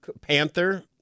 panther